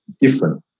different